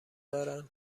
دارن